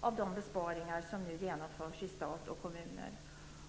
av de besparingar som nu genomförs i stat och kommuner.